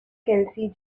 kelsey